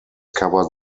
covered